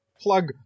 plug